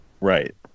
Right